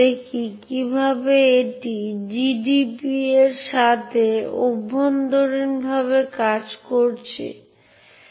তাই একটি ডিবাগ সাধারণত করা হয় একটি ptrace সিস্টেম কল যা একটি প্রক্রিয়া অন্য প্রক্রিয়াটিকে পর্যবেক্ষণ ও নিয়ন্ত্রণ করতে দেয়